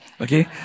Okay